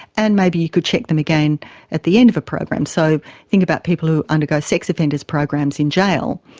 and maybe you could check them again at the end of a program. so think about people who undergo sex offenders programs in jail,